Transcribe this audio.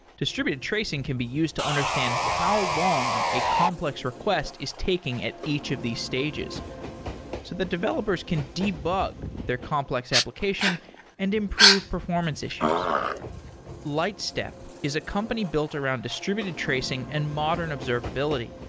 distributed tracing can be used to understand how long a complex request is taking at each of these stages, so the developers can debug their complex application and improve performance issues lightstep is a company built around distributed tracing and modern observability.